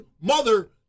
mother